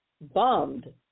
bombed